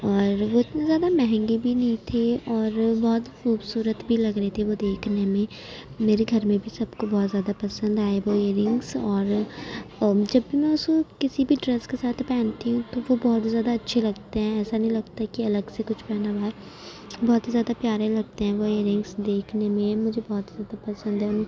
اور وہ اتنے زیادہ مہنگے بھی نہیں تھے اور بہت خوبصورت بھی لگ رہے تھے وہ دیکھنے میں میرے گھر میں بھی سب کو بہت زیادہ پسند آئے وہ ائیررنگس اور جب میں اس کو کسی بھی ڈریس کے ساتھ پہنتی ہوں تو وہ بہت زیادہ اچھے لگتے ہیں ایسا نہیں لگتا کہ الگ سے کچھ پہنا ہوا ہے بہت ہی زیادہ پیارے لگتے ہیں وہ ائیررنگس دیکھنے میں مجھے بہت ہی زیادہ پسند ہے